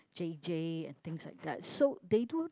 J_J and things like that so they do